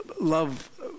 love